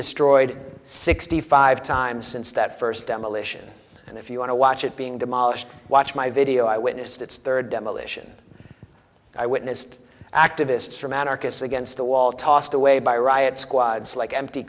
destroyed sixty five times since that first demolition and if you want to watch it being demolished watch my video i witnessed its third demolition i witnessed activists from anarchists against the wall tossed away by riot squads like empty